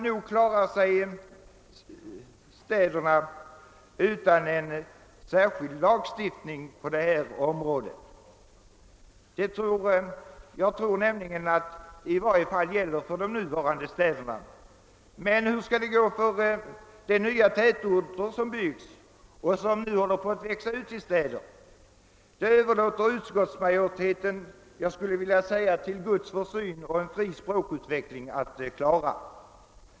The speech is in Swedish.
Nog klarar sig städerna utan en särskild lagstiftning på detta område. Det gäller i varje fall för de nuvarande städerna. Men hur skall det gå för de nya tätorter som byggs och som nu håller på att växa ut till städer? Det överlåter utskottsmajoriteten — om jag så får säga — till Guds försyn och en fri språkutveckling att klara.